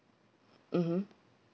mmhmm